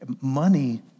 Money